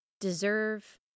deserve